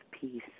peace